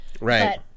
Right